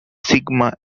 sigma